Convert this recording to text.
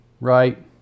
right